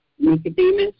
Nicodemus